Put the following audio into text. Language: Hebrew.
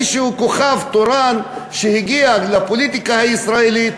מי שהוא כוכב תורן שהגיע לפוליטיקה הישראלית,